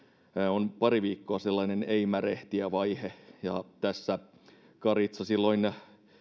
on pari viikkoa sellainen ei märehtijävaihe ja karitsa silloin